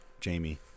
Jamie